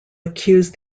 accused